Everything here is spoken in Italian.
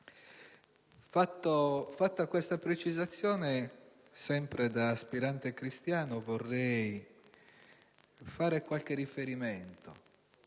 Fatta questa precisazione, sempre da aspirante cristiano, vorrei fare qualche riferimento